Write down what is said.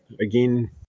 again